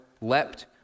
leapt